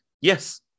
Yes